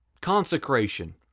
Consecration